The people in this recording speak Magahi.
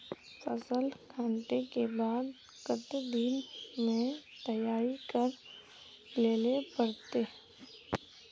फसल कांटे के बाद कते दिन में तैयारी कर लेले पड़ते?